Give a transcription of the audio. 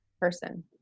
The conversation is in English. person